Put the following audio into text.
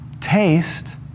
taste